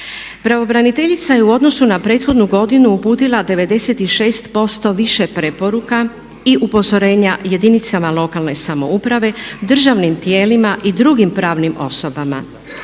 Pravobraniteljica je u odnosu na prethodnu godinu uputila 96% više preporuka i upozorenja jedinicama lokalne samouprave, državnim tijelima i drugim pravnim osobama.